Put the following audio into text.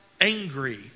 angry